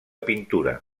pintura